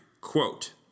Quote